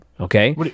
okay